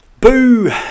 Boo